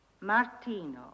Martino